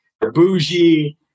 bougie